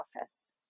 office